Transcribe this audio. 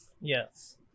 Yes